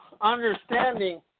understanding